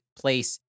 place